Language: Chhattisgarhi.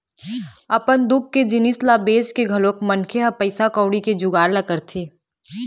अपन खुद के जिनिस ल बेंच के घलोक मनखे ह पइसा कउड़ी के जुगाड़ ल करथे